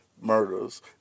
murders